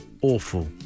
Awful